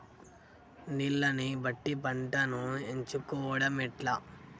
నీళ్లని బట్టి పంటను ఎంచుకోవడం ఎట్లా?